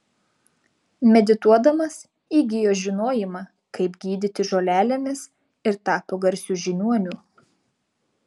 medituodamas įgijo žinojimą kaip gydyti žolelėmis ir tapo garsiu žiniuoniu